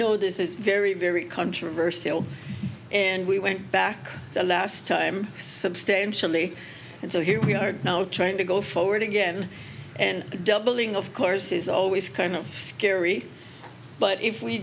know this is very very controversial and we went back the last time substantially and so here we are now trying to go forward again and the doubling of course is always kind of scary but if we